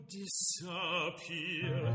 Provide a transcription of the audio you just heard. disappear